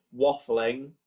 waffling